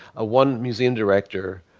one museum director